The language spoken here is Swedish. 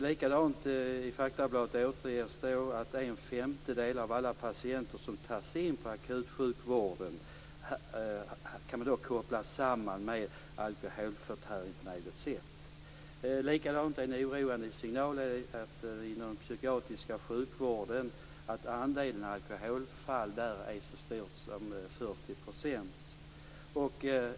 Likadant återges i det faktabladet att en femtedel av alla patienter som tas in på akutsjukvården på något sätt kan kopplas samman med alkoholförtäring. En oroande signal är också att andelen alkoholfall inom den psykiatriska sjukvården är så stor som 40 %.